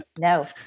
no